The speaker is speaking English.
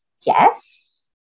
Yes